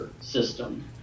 system